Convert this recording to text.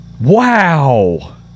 Wow